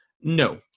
no